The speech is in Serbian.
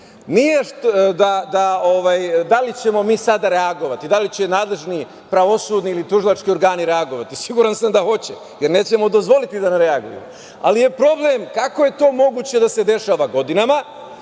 nije da li ćemo mi sada reagovati, da li će nadležni pravosudni ili tužilački organi reagovati, siguran sam da hoće, jer nećemo dozvoliti da ne reaguju, ali je problem kako je to moguće da se dešava godinama